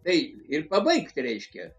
tai ir pabaigt reiškia